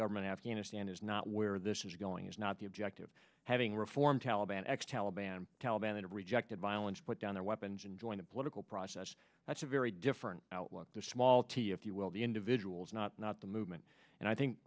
government afghanistan is not where this is going is not the objective having reform taliban x taliban taliban and rejected violence put down their weapons and join the political process that's a very different outlook the small t if you will the individuals not not the movement and i think